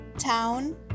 Town